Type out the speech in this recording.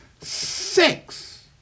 six